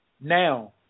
Now